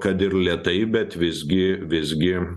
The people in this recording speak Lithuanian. kad ir lėtai bet visgi visgi